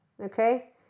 okay